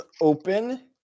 open